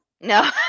No